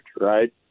right